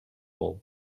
all